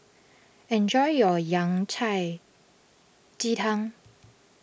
enjoy your Yao Cai Ji Tang